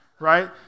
Right